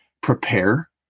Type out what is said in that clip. prepare